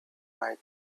might